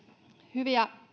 hyviä